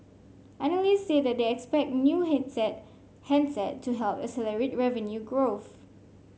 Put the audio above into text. analyst said they expect new hit set handset to help accelerate revenue growth